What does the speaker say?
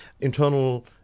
internal